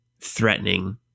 threatening